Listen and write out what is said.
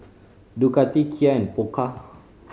Ducati Kia and Pokka